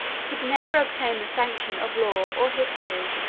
could never obtain the sanction of law or history.